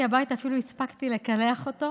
עוד לפני המושב הבא, עוד לפני אחרי הבחירות,